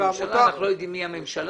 אנחנו לא יודעים מי הממשלה.